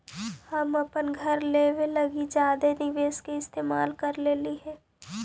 हम अपन घर लेबे लागी जादे निवेश के इस्तेमाल कर लेलीअई हल